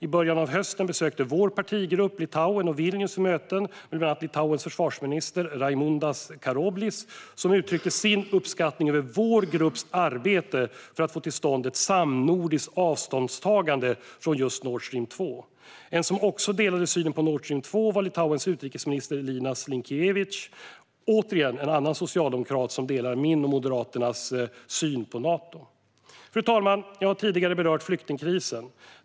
I början av hösten besökte vår partigrupp Litauen och Vilnius för möten med bland andra Litauens försvarsminister Raimundas Karoblis, som uttryckte sin uppskattning över vår grupps arbete för att få till stånd ett samnordiskt avståndstagande från Nord Stream 2. En som också delade synen på Nord Stream 2 var Litauens utrikesminister Linas Linkevicius, det vill säga återigen en socialdemokrat som delar min och Moderaternas syn på Nato. Fru talman! Jag har tidigare berört flyktingkrisen.